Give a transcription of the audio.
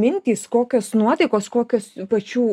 mintys kokios nuotaikos kokios pačių